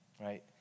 Right